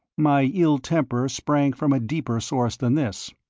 my ill-temper sprang from a deeper source than this.